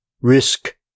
Risk